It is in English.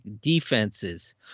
defenses